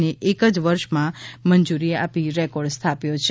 ને એક જ વર્ષમાં મંજૂરી આપી રેકોર્ડ સ્થાપ્યો છે